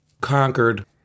conquered